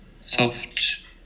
soft